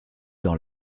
dans